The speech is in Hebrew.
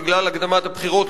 בגלל הקדמת הבחירות,